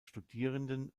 studierenden